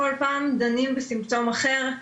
כל פעם דנים בסימפטום אחר,